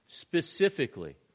Specifically